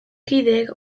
kideek